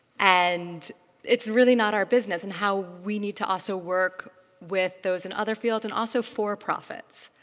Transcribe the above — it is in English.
and it's really not our business. and how we need to also work with those in other fields and also for-profits